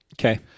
Okay